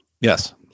yes